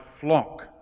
flock